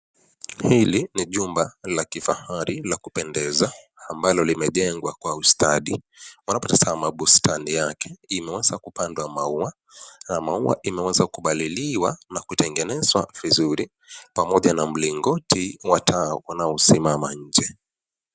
Hili ni jumba la kifahari la kupendeza ambalo limejengwa kwa ustadi. Unapotazama bustani yake, imeweza kupandwa maua na maua imeweza kupaliliwa na kutengenezwa vizuri pamoja na mlingoti wa taa unaosimama nje.